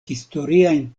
historiajn